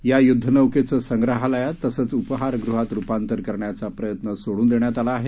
या युद्धनौकेचं संग्रहालयात तसंच उपहारगृहात रुपांतर करण्याचा प्रयत्न सोडून देण्यात आला आहे